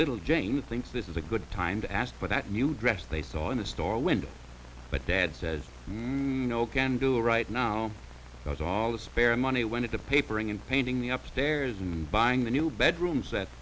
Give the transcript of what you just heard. little james thinks this is a good time to ask for that new dress they saw in the store window but dad says no can do right now because all the spare money went to the papering and painting the up stairs and buying the new bedroom